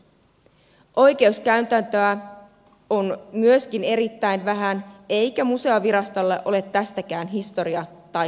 oikeuskäytäntöä on myöskin erittäin vähän eikä museovirastolla ole tästäkään historia tai tilastotietoa